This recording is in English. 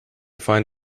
find